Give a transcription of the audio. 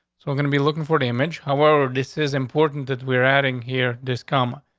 we're gonna be looking for the image. however, this is important that we're adding here this come,